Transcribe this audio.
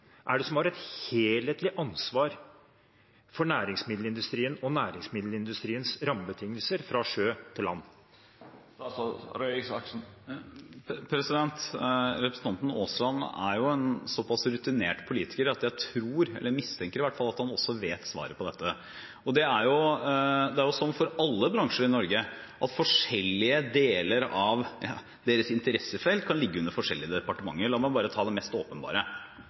er det som har et helhetlig ansvar for næringsmiddelindustrien og dens rammebetingelser fra sjø til land? Representanten Aasland er en så pass rutinert politiker at jeg tror – jeg mistenker i hvert fall – at han også vet svaret på dette. Det er slik for alle bransjer i Norge at forskjellige deler av deres interessefelt kan ligge under forskjellige departementer. La meg bare ta det mest åpenbare: